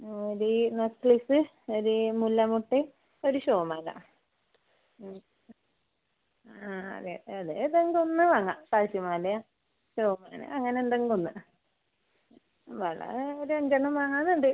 ആ ഒരു നെക്ലേസ് ഒരു മുല്ലമൊട്ട് ഒരു ഷോ മാല ആ അതെ അത് ഏതെങ്കിലും ഒന്ന് വാങ്ങാം കാശിമാല ഷോ മാല അങ്ങനെ എന്തെങ്കിലും ഒന്ന് വള ഒരു അഞ്ച് എണ്ണം വാങ്ങാം എന്നുണ്ട്